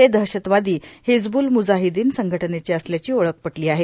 हे दहशतवादी हिजब्रुल म्रजाहिद्दीन संघटनेचे असल्याची ओळख पटली आहे